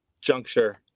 juncture